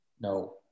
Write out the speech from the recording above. no